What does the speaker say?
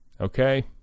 Okay